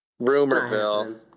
Rumorville